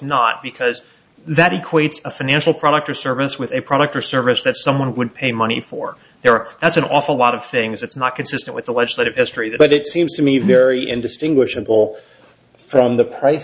not because that equates a financial product or service with a product or service that someone would pay money for their work that's an awful lot of things that's not consistent with the legislative history but it seems to me very indistinguishable from the pric